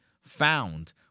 found